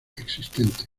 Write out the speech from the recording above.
existente